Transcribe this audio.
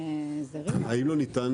האם לא ניתן